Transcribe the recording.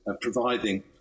providing